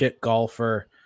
golfer